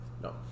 No